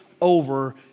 Over